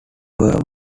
were